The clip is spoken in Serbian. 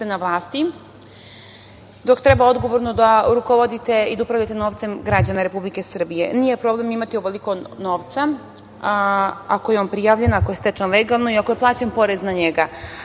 na vlasti, dok treba odgovorno da rukovodite i da upravljate novcem građana Republike Srbije. Nije problem imati ovoliko novca, ako je on prijavljen, ako je stečen legalno i ako je plaćen porez na njega. Sve